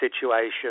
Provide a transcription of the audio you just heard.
situation